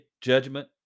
judgment